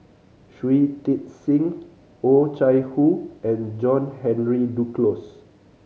Shui Tit Sing Oh Chai Hoo and John Henry Duclos